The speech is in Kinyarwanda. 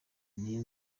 niyo